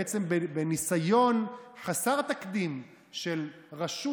בעצם בניסיון חסר תקדים של רשות